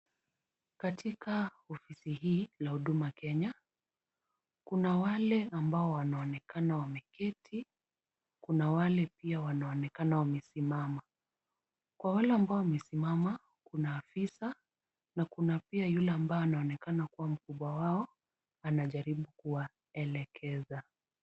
Katika ofisi hii la huduma Kenya, kuna wale ambao wanaonekana wameketi, kuna wale pia wanaonekana wamesimama. Kwa wale ambao wamesimama kuna afisa, na kuna pia yule ambaye anaonekana kuwa mkubwa wao, anajaribu kuwaelekeza.